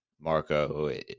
Marco